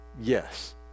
Yes